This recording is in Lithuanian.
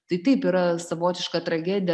tai taip yra savotiška tragedija